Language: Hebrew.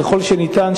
ככל שניתן,